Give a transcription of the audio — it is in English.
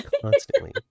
Constantly